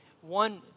one